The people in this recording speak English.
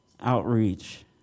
outreach